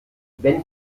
wenn